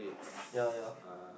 ya ya